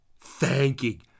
thanking